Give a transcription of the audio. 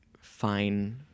fine